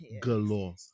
Galore